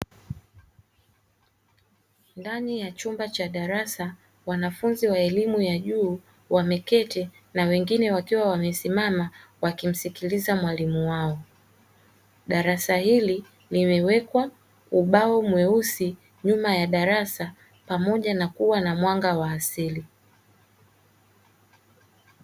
Ndani ya chumba cha darasa wanafunzi wa elimu ya juu wameketi na wengine wakiwa wamesimama wakimsikiliza mwalimu wao. Darasa hili limewekwa ubao mweusi nyuma ya darasa pamoja na kuwa na mwanga wa asili.